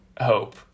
hope